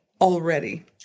already